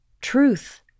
truth